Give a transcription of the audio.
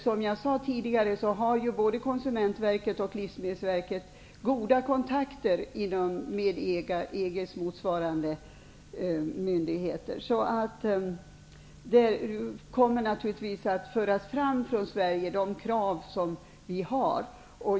Som jag sade tidigare har både Konsumentverket och Livsmedelsverket goda kontakter med EG:s motsvarande myndigheter, så de krav vi har från svensk sida kommer naturligtvis att föras fram.